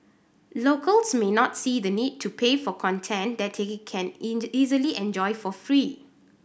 locals may not see the need to pay for content that they can easily enjoy for free